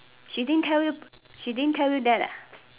she didn't tell you she didn't tell you that